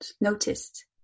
noticed